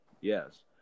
yes